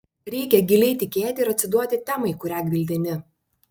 reikia giliai tikėti ir atsiduoti temai kurią gvildeni